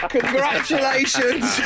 Congratulations